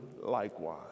likewise